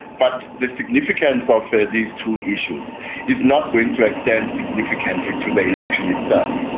but the significance of these two issues is not going to extend significantly to the election itself.